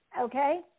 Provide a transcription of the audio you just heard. okay